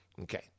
Okay